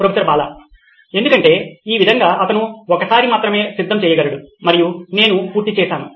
professor Bala ఎందుకంటే ఆ విధంగా అతను ఒక్కసారి మాత్రమే సిద్ధం చేయగలడు మరియు నేను పూర్తి చేసాను